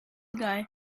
guy